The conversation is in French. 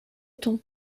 tons